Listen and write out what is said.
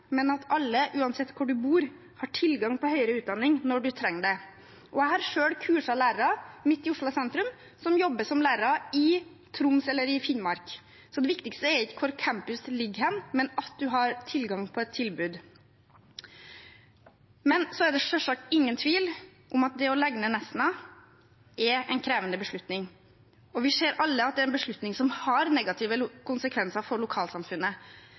men at alle – uansett hvor de bor – har tilgang på høyere utdanning når de trenger det. Jeg har selv midt i Oslo sentrum kurset lærere som jobber i Troms eller i Finnmark. Så det viktigste er ikke hvor hen campusene ligger, men at man har tilgang på et tilbud. Det er selvsagt ingen tvil om at det å legge ned Nesna er en krevende beslutning, og vi ser alle at det er en beslutning som har negative konsekvenser for lokalsamfunnet.